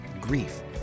grief